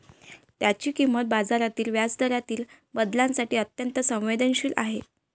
त्याची किंमत बाजारातील व्याजदरातील बदलांसाठी अत्यंत संवेदनशील आहे